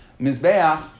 Mizbeach